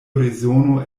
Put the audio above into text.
rezono